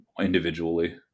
individually